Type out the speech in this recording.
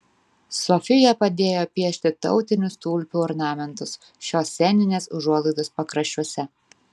sofija padėjo piešti tautinius tulpių ornamentus šios sceninės užuolaidos pakraščiuose